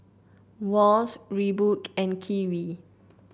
Wall's Reebok and Kiwi